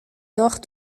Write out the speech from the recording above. noch